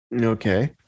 Okay